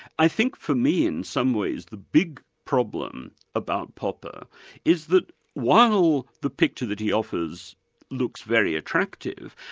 i think for me in some ways, the big problem about popper is that while the picture that he offers looks very attractive,